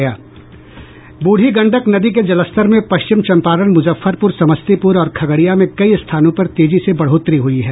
बूढ़ी गंडक नदी के जलस्तर में पश्चिम चंपारण मुजफ्फरपुर समस्तीपुर और खगड़िया में कई स्थानों पर तेजी से बढ़ोतरी हुई है